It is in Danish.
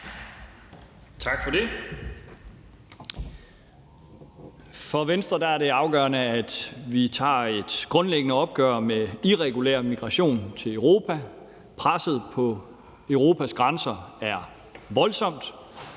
Tak for det. For Venstre er det afgørende, at vi tager et grundlæggende opgør med irregulær migration til Europa. Presset på Europas grænser er voldsomt,